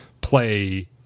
play